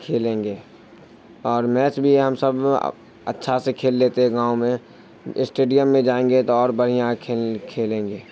کھیلیں گے اور میچ بھی ہم سب اچھا سے کھیل لیتے ہیں گاؤں میں اسٹیڈیم میں جائیں گے تو اور بڑھیا کھیل کھیلیں گے